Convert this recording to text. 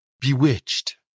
Bewitched